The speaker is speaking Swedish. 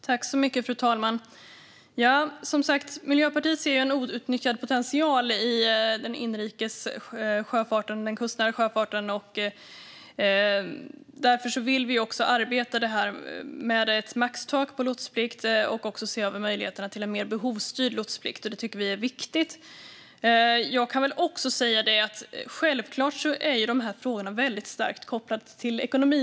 Fru talman! Miljöpartiet ser som sagt en outnyttjad potential i inrikessjöfarten och den kustnära sjöfarten, och därför vill vi arbeta med ett maxtak på lotsplikt och också se över möjligheterna till en mer behovsstyrd lotsplikt. Detta tycker vi är viktigt. Jag kan också säga att dessa frågor självfallet är starkt kopplade till ekonomi.